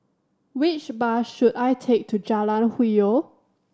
which bus should I take to Jalan Hwi Yoh